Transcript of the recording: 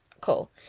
Cool